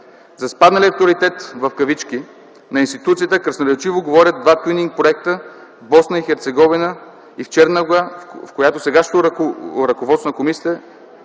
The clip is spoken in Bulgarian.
За „спадналия авторитет” на институцията красноречиво говорят два клининг-проекта в Босна и Херцеговина и в Черна гора, в които сегашното ръководство на комисията